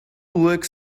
look